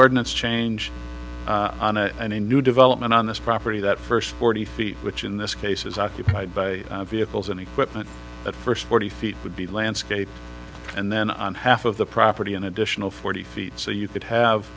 ordinance change and a new development on this property that first forty feet which in this case is occupied by vehicles and equipment at first forty feet would be landscape and then on half of the property an additional forty feet so you could have